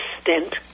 stint